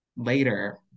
later